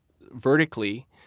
vertically